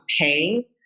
pay